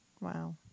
wow